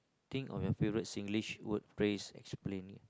think of your favorite Singlish word phase explain